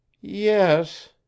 Yes